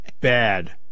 Bad